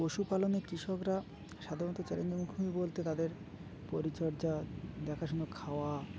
পশুপালনে কৃষকরা সাধারণত চ্যালেঞ্জের মুখোমুখি বলতে তাদের পরিচর্যা দেখাশুনো খাওয়া